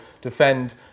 defend